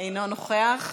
אינו נוכח,